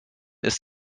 ist